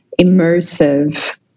immersive